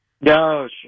No